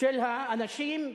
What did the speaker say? של האנשים.